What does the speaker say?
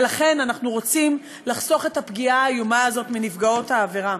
לכן אנחנו רוצים לחסוך את הפגיעה האיומה הזאת מנפגעות העבירה.